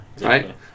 Right